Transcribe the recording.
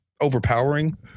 overpowering